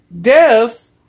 death